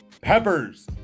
Peppers